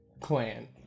clan